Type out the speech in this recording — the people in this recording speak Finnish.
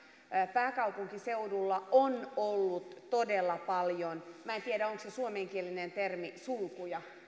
pääkaupunkiseudulla on ollut todella paljon minä en tiedä onko se suomenkielinen termi sulkuja